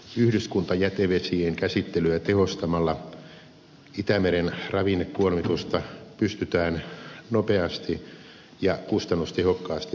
yhdyskuntajätevesien käsittelyä tehostamalla itämeren ravinnekuormitusta pystytään nopeasti ja kustannustehokkaasti vähentämään